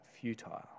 futile